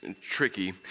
tricky